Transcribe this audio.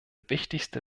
wichtigste